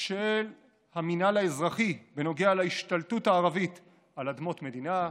של המינהל האזרחי בנוגע להשתלטות הערבית על אדמות מדינה,